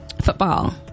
Football